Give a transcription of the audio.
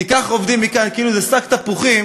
תיקח עובדים מכאן כאילו זה שק תפוחים,